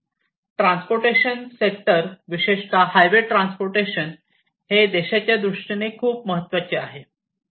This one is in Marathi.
ट्रांसपोर्टेशन सेक्टर विशेषता हायवे ट्रांसपोर्टेशन हे देशाच्या दृष्टीने खूप महत्त्वाचे आहे